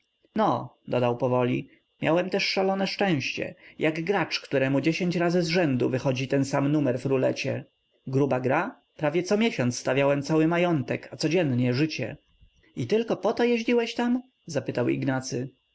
no dodał po chwili miałem też szalone szczęście jak gracz któremu dziesięć razy zrzędu wychodzi ten sam numer w rulecie gruba gra prawie co miesiąc stawiałem cały majątek a codzień życie i tylko po to jeździłeś tam zapytał ignacy